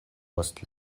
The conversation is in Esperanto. post